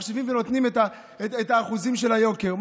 מחשיבים ונותנים את האחוזים של היוקר,